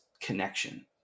connection